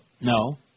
No